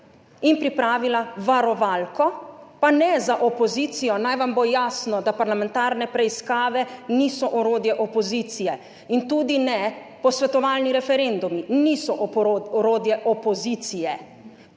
in pripravila varovalko, pa ne za opozicijo. Naj vam bo jasno, da parlamentarne preiskave niso orodje opozicije in tudi ne posvetovalni referendumi. Niso orodje opozicije,